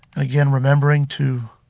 again remembering to